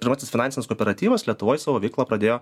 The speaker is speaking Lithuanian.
pirmasis finansinis kooperatyvas lietuvoj savo veiklą pradėjo